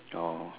oh